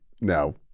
No